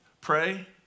Pray